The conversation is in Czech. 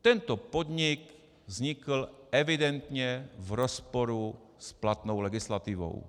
Tento podnik vznikl evidentně v rozporu s platnou legislativou.